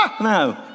no